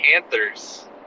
Panthers